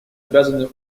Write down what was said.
обязаны